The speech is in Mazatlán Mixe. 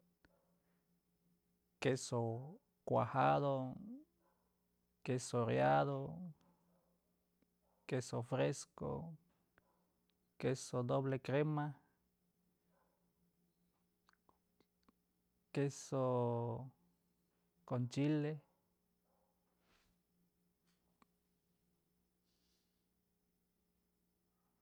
Queso cuajado, queso oreado, queso fresco, queso doble crema, queso con chile.